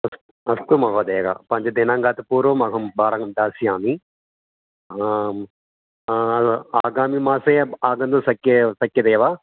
अस् अस्तु महोदय पञ्चदिनाङ्कात् पूर्वमहं भाटकं दास्यामि आम् आगामि मासे ब् आगन्तुं शक्ये शक्यते वा